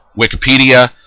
Wikipedia